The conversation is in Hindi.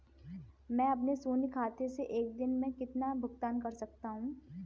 मैं अपने शून्य खाते से एक दिन में कितना भुगतान कर सकता हूँ?